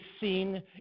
seen